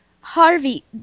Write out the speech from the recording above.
Harvey